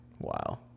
Wow